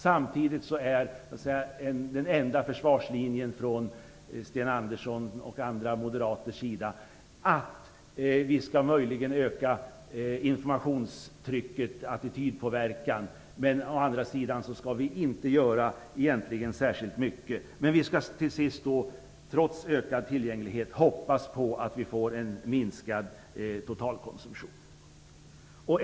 Samtidigt är den enda försvarslinjen från Sten Anderssons och andra moderaters sida att vi möjligen skall öka informationstrycket och attitydpåverkan. I övrig skall vi inte göra särskilt mycket. Trots ökad tillgänglighet skall vi hoppas på att vi får en minskad totalkonsumtion.